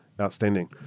outstanding